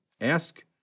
Ask